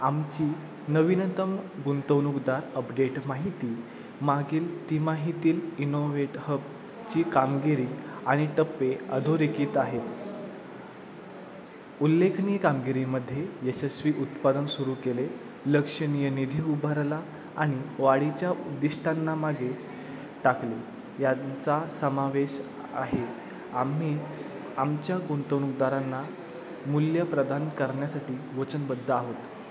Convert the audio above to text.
आमची नवीनतम गुंतवणूकदा अपडेट माहिती मागील ती माहिती इनोव्हेटहबची कामगिरी आणि टप्पे अधोरेखीत आहेत उल्लेखनीय कामगिरीमध्ये यशस्वी उत्पादन सुरू केले लक्षणीय निधी उभारला आणि वाढीच्या उद्दिष्टांना मागे टाकले यांचा समावेश आहे आम्ही आमच्या गुंतवणूकदारांना मूल्य प्रदान करण्यासाठी वचनबद्ध आहोत